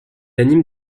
anime